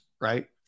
right